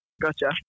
Gotcha